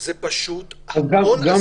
אנחנו מקבלים אוסף של סיכון על סיכון על